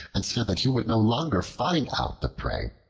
and said that he would no longer find out the prey,